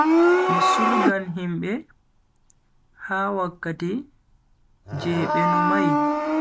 Mi surgan himbe ha wakkati je be numai.